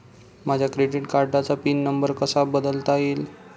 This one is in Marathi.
माझ्या क्रेडिट कार्डचा पिन नंबर कसा बदलता येईल?